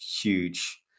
huge